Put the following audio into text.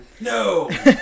No